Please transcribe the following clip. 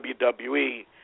WWE